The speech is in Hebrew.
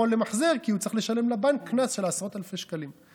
למחזר כי הוא צריך לשלם לבנק קנס של עשרות אלפי שקלים.